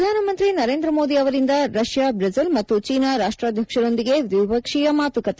ಪ್ರಧಾನಮಂತ್ರಿ ನರೇಂದ್ರ ಮೋದಿ ಅವರಿಂದ Russia Brazil ಮತ್ತು ಚೀನಾ ರಾಷ್ಟಾಧ್ಯಕ್ಷರೊಂದಿಗೆ ದ್ವಿಪಕ್ಷೀಯ ಮಾತುಕತೆ